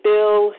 Bill